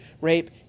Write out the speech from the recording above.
rape